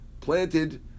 planted